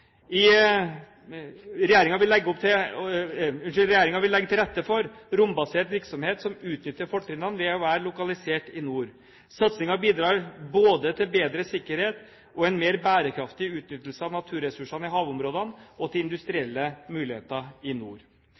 vil legge til rette for rombasert virksomhet som utnytter fortrinnene ved å være lokalisert i nord. Satsingen bidrar både til bedre sikkerhet og en mer bærekraftig utnyttelse av naturressursene i havområdene og til industrielle muligheter i nord.